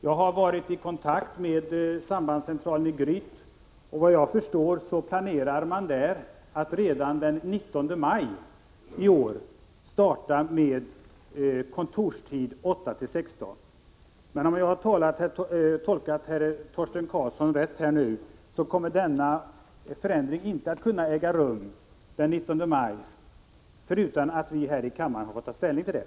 Jag har varit i kontakt med sambandscentralen i Gryt, och enligt vad jag förstår planerar man där att redan den 19 maj i år starta med kontorstid 8-16. Men om jag tolkat herr Torsten Karlsson rätt, kommer denna förändring inte att kunna äga rum den 19 maj utan att vi i kammaren fått ta ställning till det.